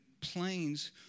planes